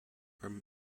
are